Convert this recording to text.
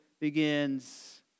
begins